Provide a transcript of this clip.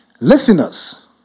Listeners